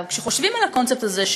כשחושבים על הקונספט הזה,